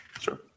Sure